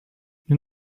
nous